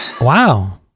Wow